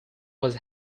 was